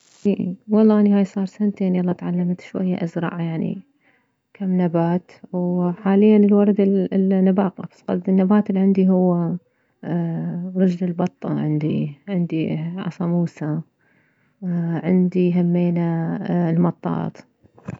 والله اني هاي صار سنتين يله تعلمت شوية ازرع يعني كم نبات وحاليا الورد الي النبات قصدي النبات العندي هو رجل البطة عندي عصا موسى عندي همينه المطاط